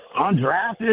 undrafted